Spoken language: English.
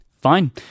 Fine